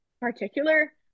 particular